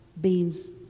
beans